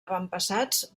avantpassats